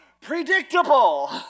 predictable